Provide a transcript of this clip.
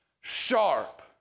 sharp